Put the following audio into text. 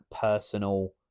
personal